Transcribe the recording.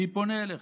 אני פונה אליך: